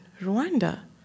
Rwanda